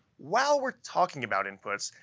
while we're talking about inputs,